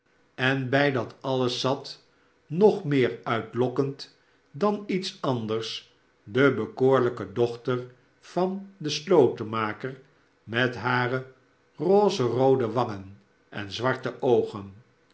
en bij dat alles zat nog meer uitlokkend dan iets anders de bekoorlijke dochter van den slotenmaker met hare rozeroode wangen en zwarte oogen